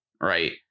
right